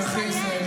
לאזרחי ישראל,